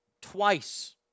twice